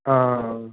ਹਾਂ